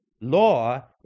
Law